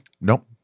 Nope